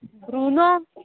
bruno